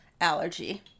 allergy